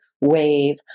wave